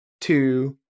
two